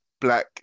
black